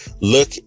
look